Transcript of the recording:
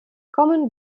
kommen